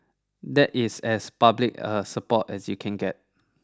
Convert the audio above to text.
that is as public a support as you can get